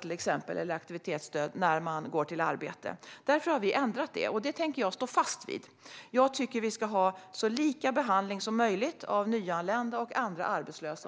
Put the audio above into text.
till exempel a-kassa eller aktivitetsstöd, när de går till arbete. Därför har vi ändrat detta, och den ändringen tänker jag stå fast vid. Jag tycker att vi ska ha så lika behandling som möjligt av nyanlända och andra arbetslösa.